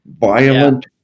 violent